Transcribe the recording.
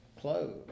clothes